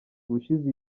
ubushize